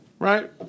Right